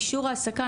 אישור העסקה,